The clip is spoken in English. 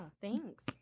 Thanks